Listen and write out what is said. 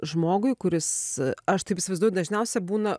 žmogui kuris aš taip įsivaizduoju dažniausia būna